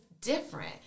different